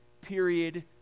period